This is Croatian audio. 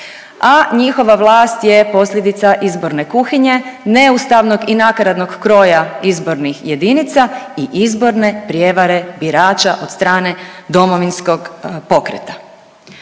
a njihova vlast je posljedica izborne kuhinje, neustavnog i nakaradnog kroja izbornih jedinica i izborne prijevare birača od strane Domovinskog pokreta.